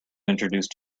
introduce